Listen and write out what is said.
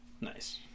nice